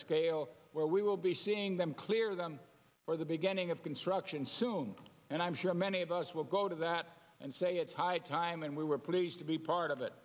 scale where we will be seeing them clear them or the beginning of construction soon and i'm sure many of us will go to that and say it's high time and we were pleased to be part of it